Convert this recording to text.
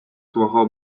твого